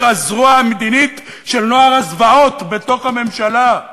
הזרוע המדינית של נוער הזוועות בתוך הממשלה,